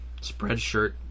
Spreadshirt